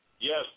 Yes